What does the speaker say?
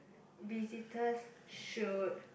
visitors should